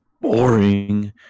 boring